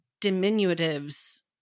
diminutives